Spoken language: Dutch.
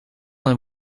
een